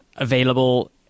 Available